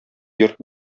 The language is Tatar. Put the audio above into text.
йорт